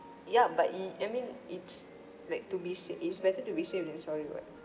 yup but it I mean it's like to be sa~ it's better to be safe than sorry [what]